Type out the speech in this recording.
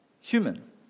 human